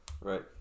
right